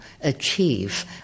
achieve